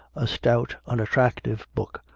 a stout, unattrac tive book,